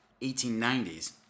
1890s